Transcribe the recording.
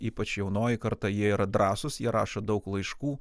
ypač jaunoji karta jie yra drąsūs jie rašo daug laiškų